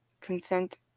consent